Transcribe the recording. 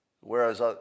Whereas